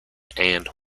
and